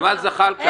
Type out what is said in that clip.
זה לא אותו דבר.